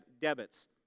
debits